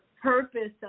purpose